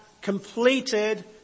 completed